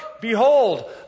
behold